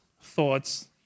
thoughts